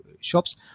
shops